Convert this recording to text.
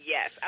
Yes